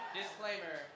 Disclaimer